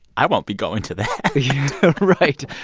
i won't be going to that right.